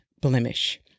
blemish